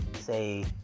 say